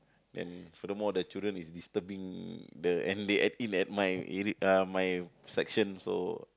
then furthermore the children is disturbing the and they at in at my area uh my section so